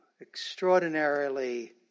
extraordinarily